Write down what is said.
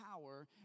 power